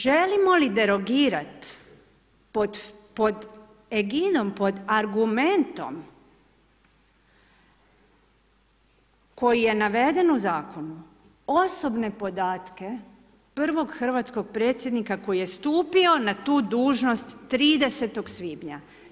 Želimo li derogirati pod eginom pod argumentom koji je naveden u Zakonu, osobne podatke prvog hrvatskog predsjednika koji je stupio na tu dužnost 30. svibnja.